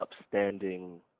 upstanding